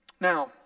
Now